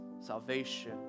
salvation